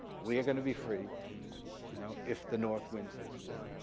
we're gonna be free you know if the north wins this war.